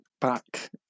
back